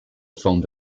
filmed